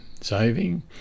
saving